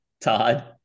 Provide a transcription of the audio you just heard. Todd